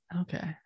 Okay